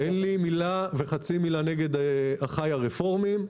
אין לי מילה וחצי מילה נגד אחיי הרפורמים,